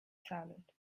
salad